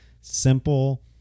simple